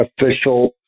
official